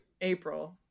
April